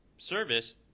service